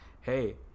hey